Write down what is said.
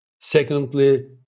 Secondly